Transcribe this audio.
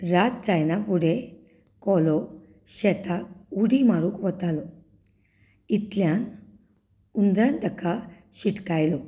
रात जायना फुडें कोलो शेतांत उडी मारूंक वतालो इतल्यान हुंदरान ताका शिटकायलो